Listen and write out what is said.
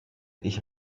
ich